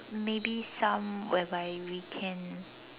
maybe some whereby we can